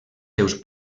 seus